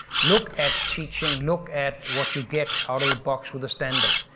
look at teaching, look at what you get out of the box with a standard,